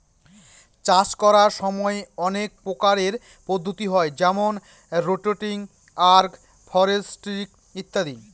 চাষ করার সময় অনেক প্রকারের পদ্ধতি হয় যেমন রোটেটিং, আগ্র ফরেস্ট্রি ইত্যাদি